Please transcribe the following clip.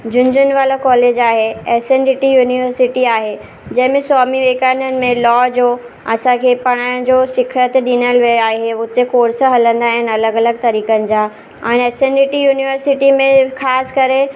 झुनझुन वाला कॉलेज आहे S N D T university आहे जंहिंमें स्वामी विवेकानंद में लॉ जो असांखे पढ़ाइण जो सिखियत ॾिनियलु विया आहे उते कोर्स हलंदा आहिनि अलॻि अलॻि तरीक़नि जा हाणे S N D T university में ख़ासि करे